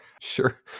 sure